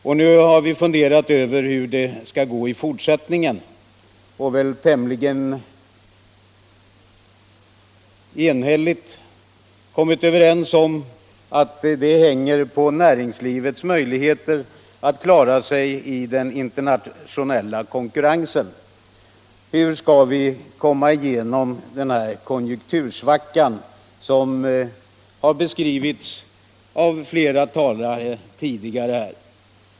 Man har också funderat över hur det skall gå i fortsättningen och tämligen enhälligt kommit överens om att det hänger på näringslivet och dess möjligheter att klara sig i den internationella konkurrensen. Hur skall vi då komma igenom den konjunktursvacka som har beskrivits av flera tidigare talare?